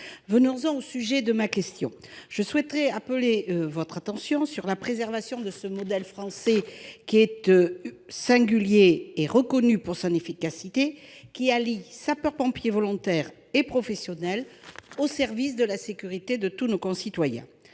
Monsieur le ministre, je souhaiterais appeler votre attention sur la préservation de notre modèle français, à la fois singulier et reconnu pour son efficacité, qui allie sapeurs-pompiers volontaires et professionnels au service de la sécurité de tous nos concitoyens.